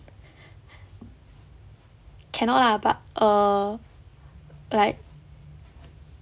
cannot lah but err like